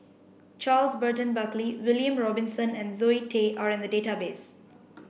Charles Burton Buckley William Robinson and Zoe Tay are in the database